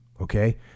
Okay